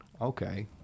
okay